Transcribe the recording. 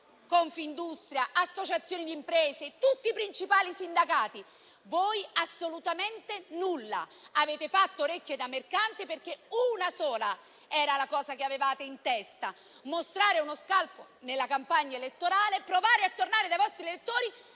Confindustria, le associazioni di imprese e tutti i principali sindacati. Voi assolutamente nulla. Avete fatto orecchie da mercante, perché una sola era la cosa che avevate in testa: la possibilità di mostrare uno scalpo in campagna elettorale e provare a tornare dai vostri elettori